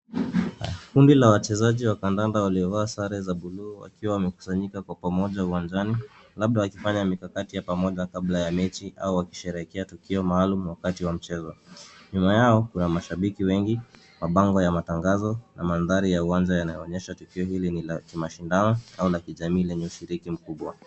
Kundi la wachezaji wa kadada waliovaa sare za buluu wakiwa wamekusanyika kwa pamoja uwanjani labda wakifanya mikakati ya pamoja kabla ya mechi au wakisheherekea tukio maalum wakati wa mchezo. Nyuma yao kuna mashambiki wengi, mabango ya matangazo na mandhari ya uwanja yanaonyesha tukio hili ni la mashindano au la kijamii lenye ushiriki mkubwa.